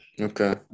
okay